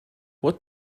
what